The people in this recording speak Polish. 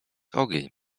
ogień